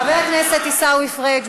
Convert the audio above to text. חבר הכנסת עיסאווי פריג',